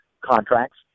contracts